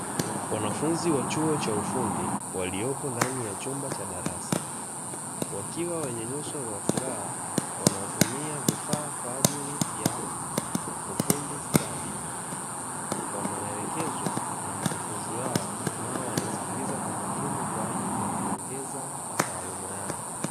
Wanafunzi wa chuo cha ufundi waliopo ndani ya chumba cha darasa, wakiwa wenye nyuso za furaha wanatumia vifaa kwa ajili ya ufundi stadi, wanaelekezwa na mkufunzi wao na wanasikiliza kwa makini kwa ajili ya kuongeza taaluma yao.